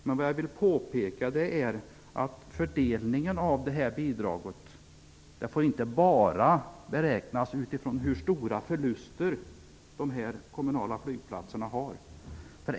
Men vad jag vill påpeka är att fördelningen av bidraget inte får beräknas bara utifrån hur stora förluster de här kommunala flygplatserna har.